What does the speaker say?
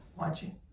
watching